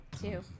two